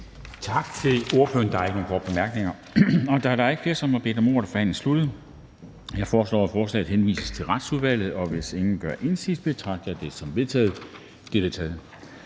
Tak til ordføreren. Der er ikke nogen korte bemærkninger. Da der ikke er flere, som har bedt om ordet, er forhandlingen sluttet. Jeg foreslår, at forslaget til folketingsbeslutning henvises til Retsudvalget, og hvis ingen gør indsigelse, betragter jeg det som vedtaget. Det er vedtaget.